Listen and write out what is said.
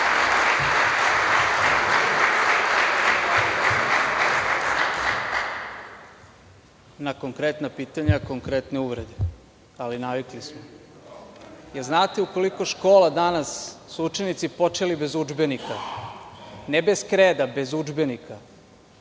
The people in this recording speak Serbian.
Na konkretna pitanja, konkretne uvrede, ali navikli smo. Da li znate u koliko škola danas su učenici počeli bez udžbenika, ne bez kreda, nego bez udžbenika?